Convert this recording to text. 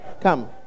Come